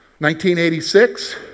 1986